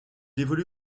évolue